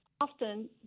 often